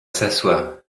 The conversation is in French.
s’asseoir